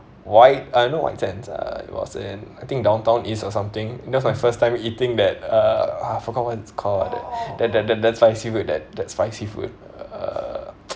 white ah not white sands uh it was in downtown east or something that was my first time eating that uh ah I forgot what it's called that that that that the spicy with that the spicy food uh